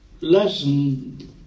lesson